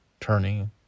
turning